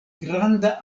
granda